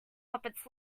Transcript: hobbits